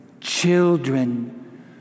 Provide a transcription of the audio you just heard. children